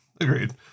Agreed